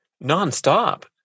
Non-stop